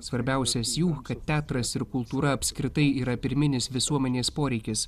svarbiausias jų kad teatras ir kultūra apskritai yra pirminis visuomenės poreikis